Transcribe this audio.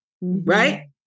right